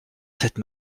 cette